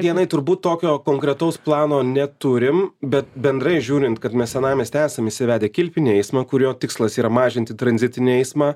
dienai turbūt tokio konkretaus plano neturim bet bendrai žiūrint kad mes senamiesty esam įsivedę kilpinį eismą kurio tikslas yra mažinti tranzitinį eismą